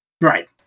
Right